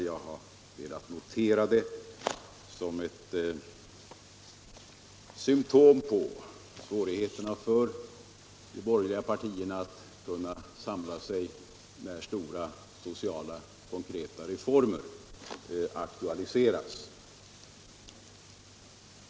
Jag har bara velat notera det som ett symtom på svårigheterna för de borgerliga partierna att kunna samla sig när konkreta stora sociala reformer aktualiseras.